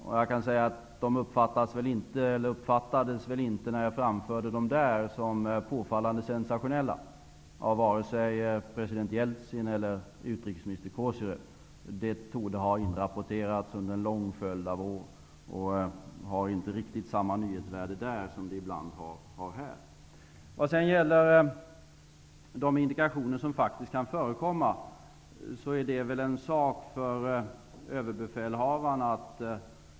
När jag framförde dem uppfattades de väl inte som påfallande sensationella vare sig av president Jeltsin eller av utrikesminister Kozyrev. De torde ha inrapporterats under en lång följd av år, och de har inte riktigt samma nyhetsvärde där som de ibland har här. Att redovisa de indikationer som faktiskt kan förekomma är väl en sak för överbefälhavaren.